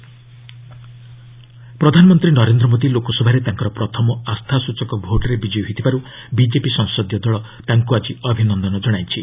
BJP meet ପ୍ରଧାନମନ୍ତ୍ରୀ ନରେନ୍ଦ୍ର ମୋଦି ଲୋକସଭାରେ ତାଙ୍କର ପ୍ରଥମ ଆସ୍ଥାସୂଚକ ଭୋଟ୍ରେ ବିଜୟୀ ହୋଇଥିବାରୁ ବିଜେପି ସଂସଦୀୟ ଦଳ ତାଙ୍କୁ ଆଜି ଅଭିନନ୍ଦନ କଣାଇଛି